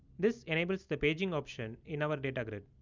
this enables the paging option in our data grid.